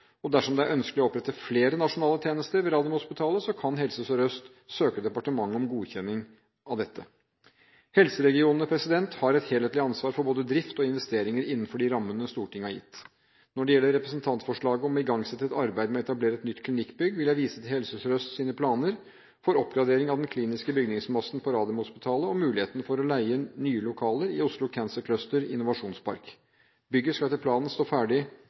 Dersom det er ønskelig å opprette flere nasjonale tjenester ved Radiumhospitalet, kan Helse Sør-Øst søke departementet om godkjenning av dette. Helseregionene har et helhetlig ansvar for både drift og investeringer innenfor de rammene Stortinget har gitt. Når det gjelder representantforslaget om å igangsette et arbeid med å etablere nytt klinikkbygg, vil jeg vise til Helse Sør-Østs planer for oppgradering av den kliniske bygningsmassen på Radiumhospitalet og muligheten for å leie i nye lokaler i Oslo Cancer Cluster Innovasjonspark. Bygget skal etter planen stå ferdig